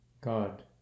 God